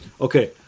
okay